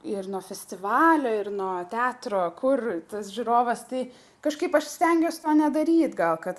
ir nuo festivalio ir nuo teatro kur tas žiūrovas tai kažkaip aš stengiuos to nedaryt gal kad